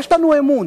יש לנו אמון,